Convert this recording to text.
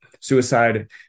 suicide